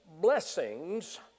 blessings